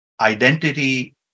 identity